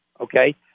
okay